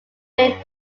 famed